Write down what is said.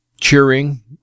cheering